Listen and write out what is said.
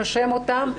נושם אותם,